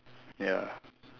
ya